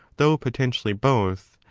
though potentially both,